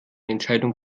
entscheidung